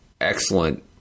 excellent